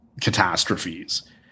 catastrophes